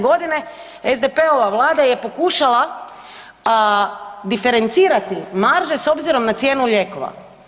Godine SDP-ova Vlada je pokušala diferencirati marže s obzirom na cijenu lijekova.